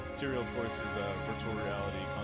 two courses of virtual reality